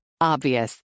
Obvious